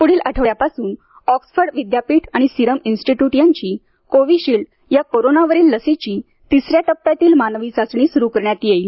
पुढील आठवडयापासून ऑक्सफर्ड विद्यापीठ आणि सीरम इन्स्टिट्यूट यांची कोविशील्ड या कोरोनावरील लसीची तिसऱ्या टप्प्यातील मानवी चाचणी सुरू करण्यात येईल